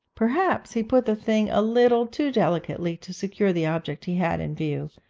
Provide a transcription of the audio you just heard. perhaps he put the thing a little too delicately to secure the object he had in view,